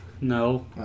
No